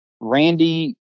Randy